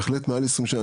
בהחלט מעל ל-20 שנה,